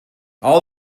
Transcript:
all